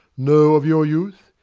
know of your youth,